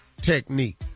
technique